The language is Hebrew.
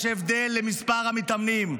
יש הבדל למספר המתאמנים.